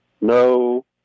no